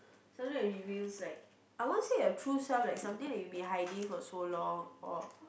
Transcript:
something that reveals I won't say your true self but something you've been hiding for so long or